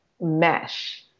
mesh